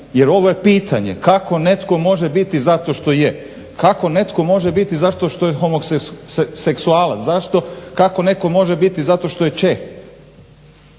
Jer ovo je pitanje kako netko može biti zato što je, kako netko može biti zato što je homoseksualac, zašto, kako neko može biti zato što je Čeh?